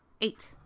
Eight